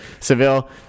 Seville